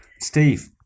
Steve